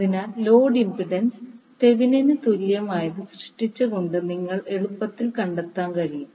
അതിനാൽ load impedance തെവെനിന് തുല്യമായത് സൃഷ്ടിച്ചുകൊണ്ട് നിങ്ങൾക്ക് എളുപ്പത്തിൽ കണ്ടെത്താൻ കഴിയും